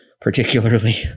particularly